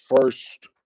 first